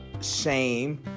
shame